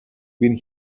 been